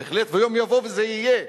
נחוץ בהחלט, ויום יבוא וזה יהיה.